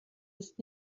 ist